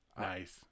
Nice